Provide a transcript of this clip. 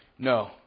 No